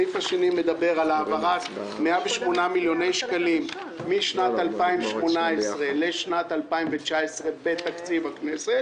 מדבר על העברת 108 מיליוני שקלים משנת 2018 לשנת 2019 בתקציב הכנסת